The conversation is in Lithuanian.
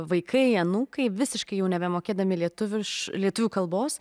vaikai anūkai visiškai jau nebemokėdami lietuviš lietuvių kalbos